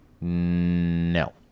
No